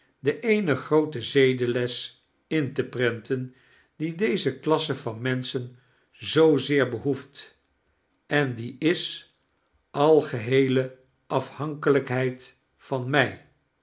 de eene groote zedeles in te prenten die deze klasse van menschen zoo zeer behoeft en die is algeheele afhankelijkheid van mij